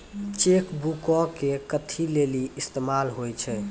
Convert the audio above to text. Cheque बुको के कथि लेली इस्तेमाल होय छै?